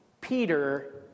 Peter